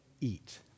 eat